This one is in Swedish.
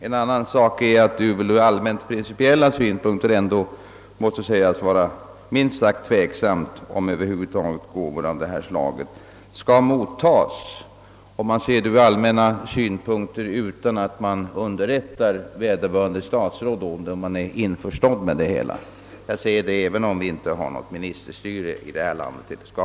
En annan sak är att det från allmänt principiella synpunkter är minst sagt tvivelaktigt, huruvida gåvor av detta slag över huvud taget skall mottagas utan att man tar reda på om vederbörande statsråd är införstådd härmed. Jag säger detta trots att vi inte skall ha något ministerstyre här i landet.